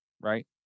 Right